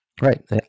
right